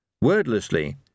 Wordlessly